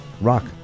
rock